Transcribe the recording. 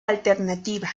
alternativa